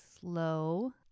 slow